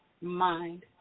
mind